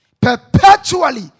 perpetually